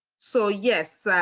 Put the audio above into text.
so, yes.